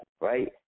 right